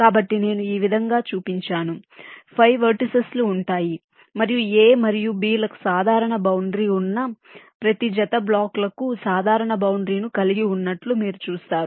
కాబట్టి నేను ఈ విధంగా చూపించాను 5 వెర్టిసిస్ లు ఉంటాయి మరియు A మరియు B లకు సాధారణ బౌండరీ ఉన్న ప్రతి జత బ్లాక్లకు సాధారణ బౌండరీ ను కలిగి ఉన్నట్లు మీరు చూస్తారు